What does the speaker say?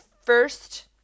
first